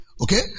Okay